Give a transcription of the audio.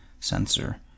sensor